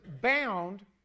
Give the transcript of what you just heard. bound